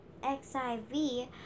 XIV